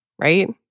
Right